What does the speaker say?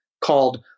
called